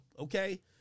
Okay